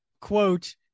quote